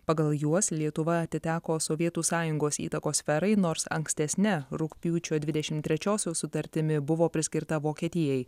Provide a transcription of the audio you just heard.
pagal juos lietuva atiteko sovietų sąjungos įtakos sferai nors ankstesne rugpjūčio dvidešim trečiosios sutartimi buvo priskirta vokietijai